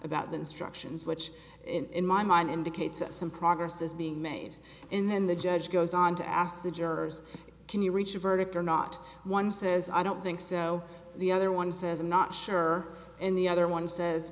about than structures which in my mind indicates some progress is being made in then the judge goes on to acid jurors can you reach a verdict or not one says i don't think so the other one says i'm not sure and the other one says